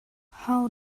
how